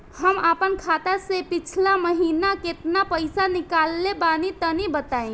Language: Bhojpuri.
हम आपन खाता से पिछला महीना केतना पईसा निकलने बानि तनि बताईं?